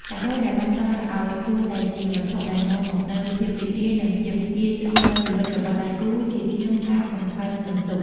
កាដូដែលបានផ្ដល់ឱ្យគួរតែជាវត្ថុដែលនាំមកនូវភាពរីករាយ និងភាពងាយស្រួលដល់ជីវិតរបស់ដៃគូ ជាជាងការបង្កើតបន្ទុក។